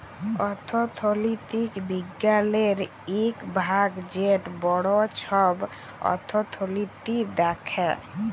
অথ্থলিতি বিজ্ঞালের ইক ভাগ যেট বড় ছব অথ্থলিতি দ্যাখে